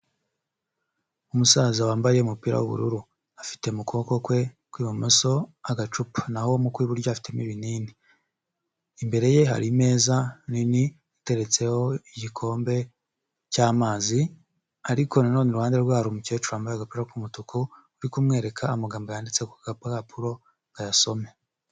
Umusaza wambaye umupira w'ubururu, afite mu kuboko kwe kw'ibumoso agacupa naho mu mu kw'iburyo afitemo ibinini, imbere ye hari imeza nini iteretseho igikombe cy'amazi ariko nanone iruhande rwe hari umukecuru wambaye agakura k'umutuku, uri kumwereka amagambo yanditse ku gapapuro ngo ayasome.